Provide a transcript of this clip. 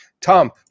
Tom